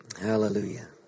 Hallelujah